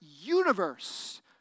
universe